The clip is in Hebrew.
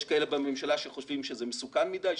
יש כאלה בממשלה שחושבים שזה מסוכן מדי,